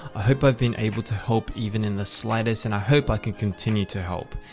i hope i've been able to help even in the slightest and i hope i can continue to help.